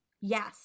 yes